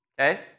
Okay